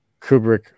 Kubrick